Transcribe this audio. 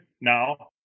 now